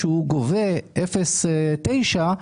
שגובה 0.9%,